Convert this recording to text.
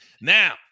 Now